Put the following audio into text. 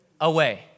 away